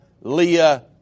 Leah